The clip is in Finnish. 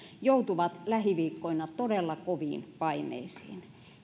joutuvat lähiviikkoina todella koviin paineisiin